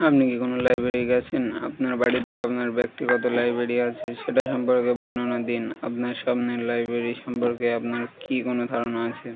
আপনি কি কোনো লাইব্রেরি গেছেন আপনার বাড়িতে আপনার ব্যক্তিগত লাইব্রেরি আছে সেটা সম্পর্কে বর্ণনা দিন আপনার সামনের লাইব্রেরি সম্পর্কে আপনার কি কোনো ধারণা আছে